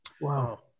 Wow